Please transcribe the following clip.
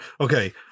okay